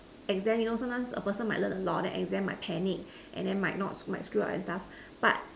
exam you know sometimes the person might learn a lot then exam might panic and then might not might screw up and stuff but